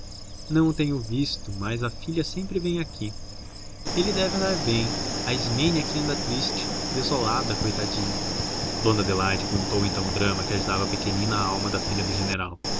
o tenho visto mas a filha sempre vem aqui ele deve andar bem a ismênia é que anda triste desolada coitadinha dona adelaide contou então o drama que agitava a pequenina alma da filha do general